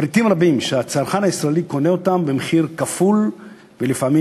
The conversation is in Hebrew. פריטים רבים שהצרכן הישראלי קונה במחיר כפול ולפעמים